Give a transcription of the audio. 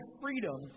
freedom